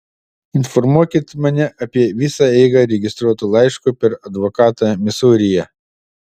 informuokit mane apie visą eigą registruotu laišku per advokatą misūryje